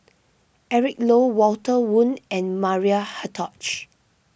Eric Low Walter Woon and Maria Hertogh